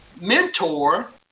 mentor